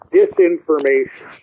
disinformation